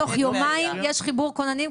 תוך יומיים יש חיבור כוננים,